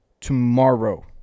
tomorrow